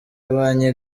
abanye